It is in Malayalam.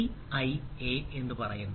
സിഐഎ എന്ന് പറയുന്നു